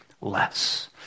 less